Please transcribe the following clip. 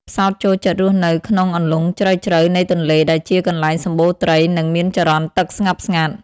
ផ្សោតចូលចិត្តរស់នៅក្នុងអន្លង់ជ្រៅៗនៃទន្លេ ដែលជាកន្លែងសម្បូរត្រី និងមានចរន្តទឹកស្ងប់ស្ងាត់។